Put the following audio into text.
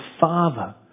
father